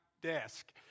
desk